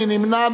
מי נמנע?